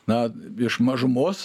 na iš mažumos